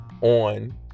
on